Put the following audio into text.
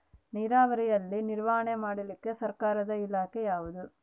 ನೇರಾವರಿಯಲ್ಲಿ ನಿರ್ವಹಣೆ ಮಾಡಲಿಕ್ಕೆ ಸರ್ಕಾರದ ಇಲಾಖೆ ಯಾವುದು?